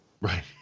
right